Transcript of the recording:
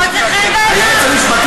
מוצא חן בעיניו?